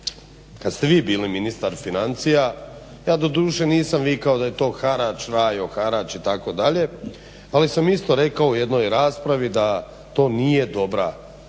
kad ste vi bili ministar financija, ja doduše nisam vikao da je to harač, rajo, harač ali sam isto rekao u jednoj raspravi da to nije dobar